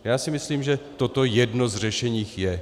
Já si myslím, že toto jedno řešení je.